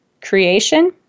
creation